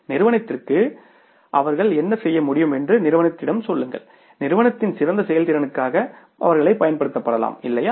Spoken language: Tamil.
நிறுவனத்திற்கு அவர்கள் என்ன செய்ய முடியும் என்று நிறுவனத்திடம் சொல்லுங்கள் நிறுவனத்தின் சிறந்த செயல்திறனுக்காக இல்லையா